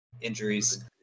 injuries